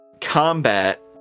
combat